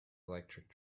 electric